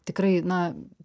tikrai na